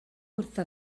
wrtho